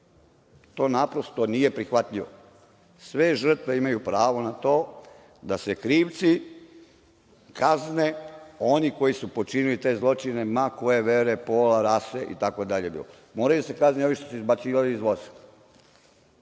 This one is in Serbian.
To naprosto nije prihvatljivo. Sve žrtve imaju pravo na to da se krivci kazne, oni koji su počini te zločine, ma koje vere, pola rase, itd. Moraju da se kazne ovi što su izbacivali iz voza. Od